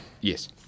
Yes